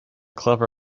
clever